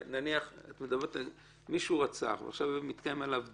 נניח מישהו רצח ועכשיו מתקיים עליו דיון,